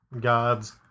gods